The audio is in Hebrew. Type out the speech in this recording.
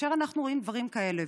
כאשר אנחנו רואים דברים כאלה,